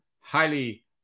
highly